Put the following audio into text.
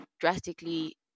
drastically